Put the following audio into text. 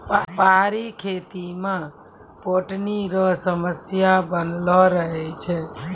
पहाड़ी खेती मे पटौनी रो समस्या बनलो रहै छै